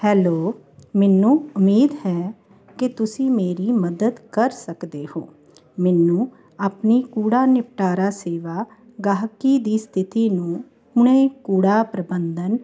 hello ਮੈਨੂੰ ਉਮੀਦ ਹੈ ਕਿ ਤੁਸੀਂ ਮੇਰੀ ਮਦਦ ਕਰ ਸਕਦੇ ਹੋ ਮੈਨੂੰ ਆਪਣੀ ਕੂੜਾ ਨਿਪਟਾਰਾ ਸੇਵਾ ਗਾਹਕੀ ਦੀ ਸਥਿਤੀ ਨੂੰ ਪੁਣੇ ਕੂੜਾ ਪ੍ਰਬੰਧਨ